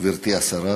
גברתי השרה,